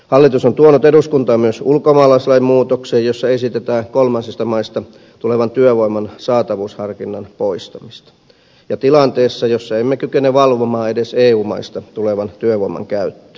hallitus on tuonut eduskuntaan myös ulkomaalaislain muutoksen jossa esitetään kolmansista maista tulevan työvoiman saatavuusharkinnan poistamista tilanteessa jossa emme kykene valvomaan edes eu maista tulevan työvoiman käyttöä